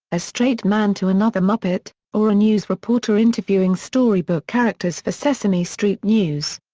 a straight man to another muppet, or a news reporter interviewing storybook characters for sesame street news.